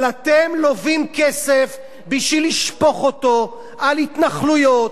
אבל אתם לווים כסף בשביל לשפוך אותו על התנחלויות,